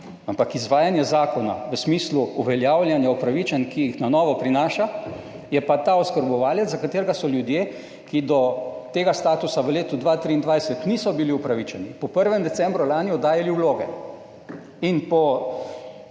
ampak izvajanje zakona v smislu uveljavljanja upravičenj, ki jih na novo prinaša, je pa ta oskrbovalec za katerega so ljudje, ki do tega statusa v letu 2023 niso bili upravičeni, 15. TRAK: (SC) – 14.55 (nadaljevanje) po